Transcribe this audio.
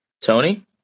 Tony